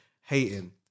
hating